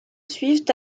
suivent